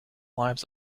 lives